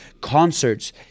concerts